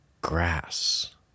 grass